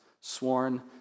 sworn